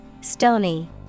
Stony